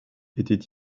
étaient